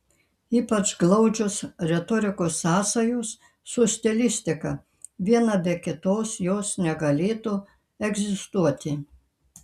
ypač glaudžios retorikos sąsajos su stilistika viena be kitos jos negalėtų egzistuoti